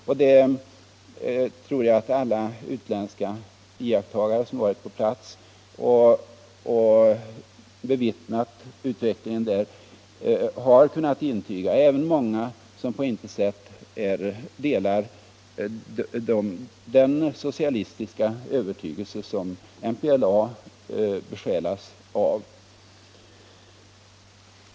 Jag tror också att alla utländska iakttagare som varit på plats och bevittnat ut vecklingen där har kunnat intyga detta, även många som på intet sätt delar den socialistiska övertygelse som MPLA besjälas av.